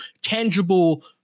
tangible